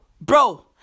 bro